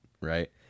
Right